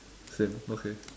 same okay